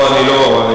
אני לא.